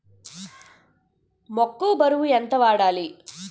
మొక్కొ బరువు ఎంత వుండాలి?